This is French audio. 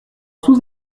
sous